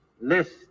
list